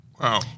Wow